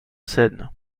seine